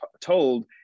told